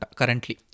currently